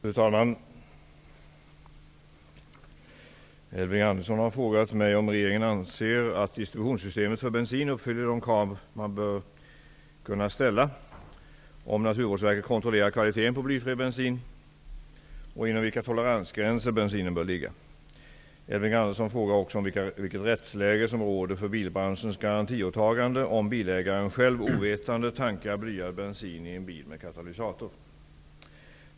Fru talman! Elving Andersson har frågat mig om regeringen anser att distributionssystemet för bensin uppfyller de krav man bör kunna ställa, om Naturvårdsverket kontrollerar kvaliteten på blyfri bensin och inom vilka toleransgränser bensinen bör ligga. Elving Andersson frågar också om vilket rättsläge som råder för bilbranschens garantiåtagande om bilägaren själv ovetande tankar blyad bensin i en bil med katalysator.